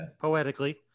poetically